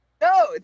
No